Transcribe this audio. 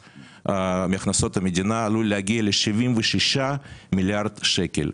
מהכנסות המדינה עלול להגיע ל-76 מיליארד שקלים.